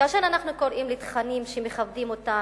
כאשר אנחנו קוראים לתכנים שמכבדים אותנו,